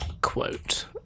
quote